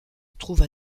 trouvent